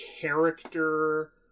character